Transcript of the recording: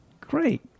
Great